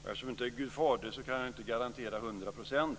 Fru talman! Eftersom jag inte är Gud Fader kan jag inte garantera något till hundra procent.